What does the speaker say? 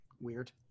weird